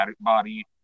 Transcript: body